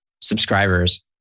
subscribers